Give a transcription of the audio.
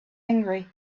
angry